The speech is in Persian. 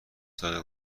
سال